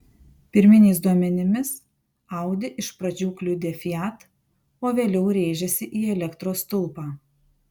pirminiais duomenimis audi iš pradžių kliudė fiat o vėliau rėžėsi į elektros stulpą